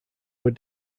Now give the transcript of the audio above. were